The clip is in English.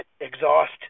exhaust